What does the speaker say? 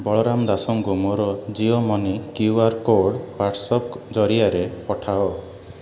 ବଳରାମ ଦାସଙ୍କୁ ମୋର Jio money QR code WhatsApp ଜରିଆରେ ପଠାଅ